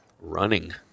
running